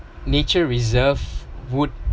nature reserve would